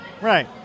Right